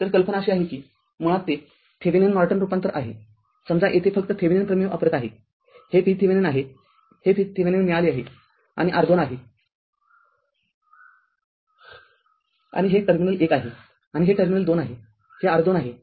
तरकल्पना अशी आहे कि मुळात ते थेविनिन नॉर्टन रूपांतरण आहे समजा येथे फक्त थेविनिन प्रमेय वापरत आहे हे VThevenin आहे हे VThevenin मिळाले आहे आणि हा R२ आहे आणि हे टर्मिनल १ आहे आणि हे टर्मिनल २ आहे हे R२ आहे